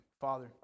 father